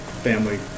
family